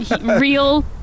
real